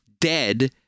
dead